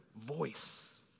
voice